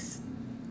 it's